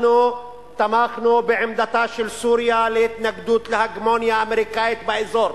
אנחנו תמכנו בעמדתה של סוריה להתנגדות להגמוניה אמריקנית באזור.